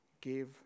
give